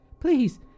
Please